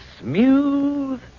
smooth